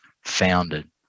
founded